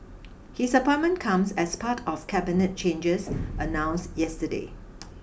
his appointment comes as part of Cabinet changes announced yesterday